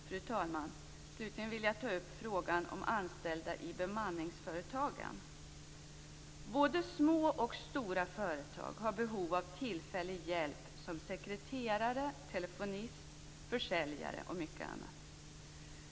Fru talman! Slutligen vill jag ta upp frågan om anställda i bemanningsföretagen. Både små och stora företag har behov av tillfällig hjälp med arbetsuppgifter som sekreterare, telefonist, försäljare och mycket annat.